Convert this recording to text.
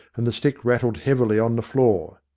and the stick rattled heavily on the floor.